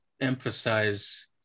emphasize